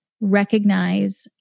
recognize